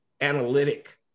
analytic